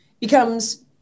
Becomes